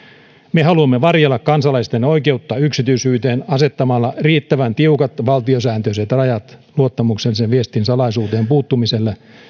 me haluamme varjella kansalaisten oikeutta yksityisyyteen asettamalla riittävän tiukat valtiosääntöiset rajat luottamuksellisen viestin salaisuuteen puuttumiselle